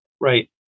Right